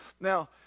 Now